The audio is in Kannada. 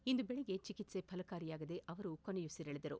ಇಂದು ಬೆಳಗ್ಗೆ ಚಿಕಿತ್ಸೆ ಫಲಕಾರಿಯಾಗದೆ ಅವರು ಕೊನೆಯುಸಿರೆಳೆದರು